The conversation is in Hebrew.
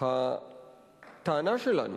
הטענה שלנו